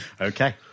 Okay